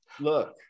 Look